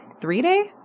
three-day